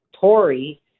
Tory